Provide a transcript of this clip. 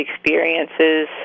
experiences